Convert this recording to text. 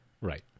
Right